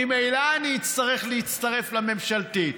ממילא אני אצטרך להצטרף לממשלתית.